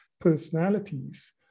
personalities